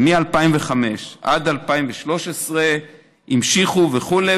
ומ-2005 עד 2013 המשיכו וכו',